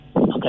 okay